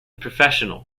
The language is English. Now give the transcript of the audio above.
professional